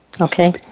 Okay